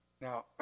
Now